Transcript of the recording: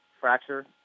fracture